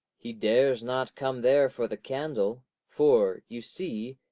he dares not come there for the candle for, you see,